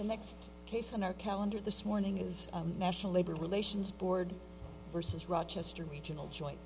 the next case on our calendar this morning is national labor relations board versus rochester regional jo